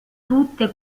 tutte